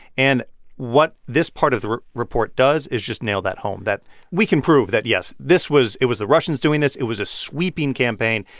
and what this part of the report does is just nail that home that we can prove that, yes, this was it was the russians doing this. it was a sweeping campaign.